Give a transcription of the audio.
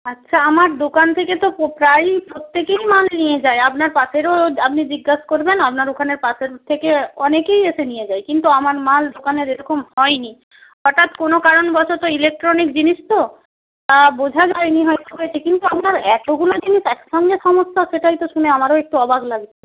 আচ্ছা আমার দোকান থেকে তো পো প্রায়েই প্রত্যেকেই মাল নিয়ে যায় আপনার পাশেরও আপনি জিজ্ঞাস করবেন আপনার ওখানের পাশের থেকে অনেকেই এসে নিয়ে যায় কিন্তু আমার মাল দোকানের এরকম হয়নি হঠাৎ কোনও কারণবশত ইলেকট্রনিক জিনিস তো বোঝা যায়নি হয়তো হয়েছে কিন্তু আপনার এতগুলো জিনিস একসঙ্গে সমস্যা সেটাই তো শুনে আমারও একটু অবাক লাগছে